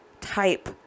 type